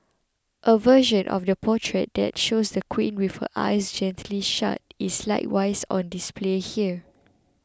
a version of the portrait that shows the Queen with her eyes gently shut is likewise on display here